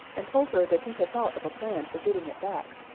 and told her that he had thought of a plan for getting it back.